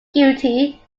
guilty